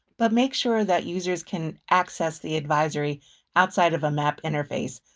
but make sure that users can access the advisory outside of a map interface,